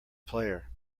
player